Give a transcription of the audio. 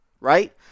right